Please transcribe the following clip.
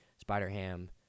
Spider-Ham